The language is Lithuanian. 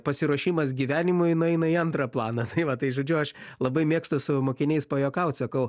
pasiruošimas gyvenimui nueina į antrą planą tai va tai žodžiu aš labai mėgstu su mokiniais pajuokaut sakau